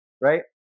right